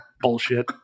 bullshit